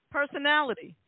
Personality